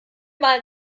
mal